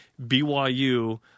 BYU